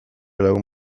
lagun